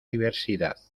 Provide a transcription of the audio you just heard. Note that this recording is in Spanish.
diversidad